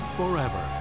forever